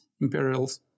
imperials